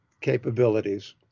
capabilities